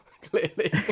clearly